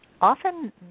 Often